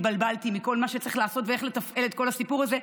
התבלבלתי מכל מה שצריך לעשות ואיך לתפעל את כל הסיפור הזה,